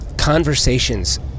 conversations